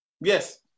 Yes